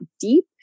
deep